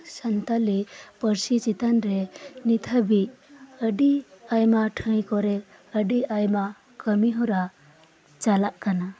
ᱥᱟᱱᱛᱟᱞᱤ ᱯᱟᱨᱥᱤ ᱪᱮᱛᱟᱱ ᱨᱮ ᱱᱤᱛ ᱦᱟᱵᱤᱡ ᱟᱰᱤ ᱟᱭᱢᱟ ᱴᱷᱟᱺᱭ ᱠᱚᱨᱮ ᱟᱰᱤ ᱟᱭᱢᱟ ᱠᱟᱢᱤ ᱦᱚᱨᱟ ᱪᱟᱞᱟᱜ ᱠᱟᱱᱟ